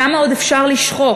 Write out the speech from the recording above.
כמה עוד אפשר לשחוק?